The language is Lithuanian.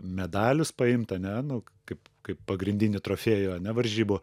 medalius paimt ane nuk kaip kaip pagrindinį trofėjų ane varžybų